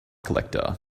collector